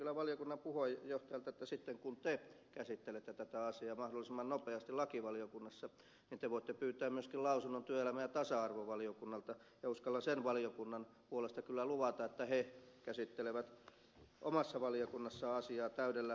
sanon kyllä valiokunnan puheenjohtajalle että sitten kun te käsittelette tätä asiaa ja mahdollisimman nopeasti lakivaliokunnassa te voitte pyytää myöskin lausunnon työelämä ja tasa arvovaliokunnalta ja uskallan sen valiokunnan puolesta kyllä luvata että he käsittelevät omassa valiokunnassaan asiaa täydellä antaumuksella